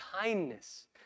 kindness